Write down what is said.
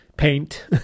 paint